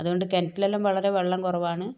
അതുകൊണ്ട് കിണറ്റിലെല്ലാം വളരെ വെള്ളം കുറവാണ്